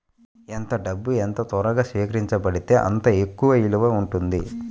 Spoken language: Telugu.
ఎంత డబ్బు ఎంత త్వరగా స్వీకరించబడితే అంత ఎక్కువ విలువ ఉంటుంది